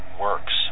works